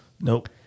Nope